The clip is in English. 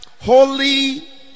holy